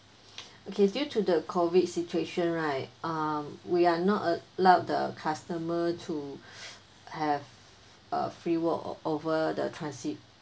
okay due to the COVID situation right um we are not allow the customer to have a free walk o~ over the transit